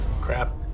Crap